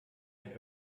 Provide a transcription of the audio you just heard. ein